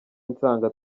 nsanga